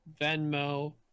venmo